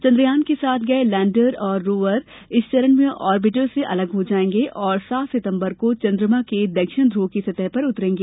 चन्द्रयान के साथ गए लैंडर और रोवर इस चरण में ऑरबिटर से अलग हो जाएंगे और सात सितम्बर को चन्द्रमा के दक्षिण ध्र्व की सतह पर उतरेगा